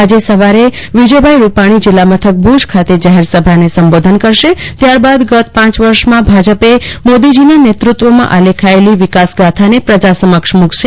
આજે સવારે પસંગે વિજયભાઈ રૂપાણી જીલ્લા મથક ભુજ ખાતે જાહેર સભાને સંબોધન કરશે ત્યારબાદ ગત પાય વર્ષમાં ભાજપે મોદીજી નાં નેતૃત્વ માં આલેખેલી વિકાસ ગાંથા ને પ્રજા સમક્ષ મુકશે